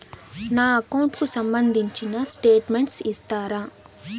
నా అకౌంట్ కు సంబంధించిన స్టేట్మెంట్స్ ఇస్తారా